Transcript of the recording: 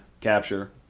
capture